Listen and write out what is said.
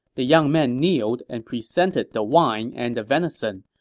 the young man kneeled and presented the wine and the venison,